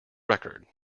record